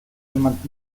jemand